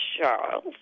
Charles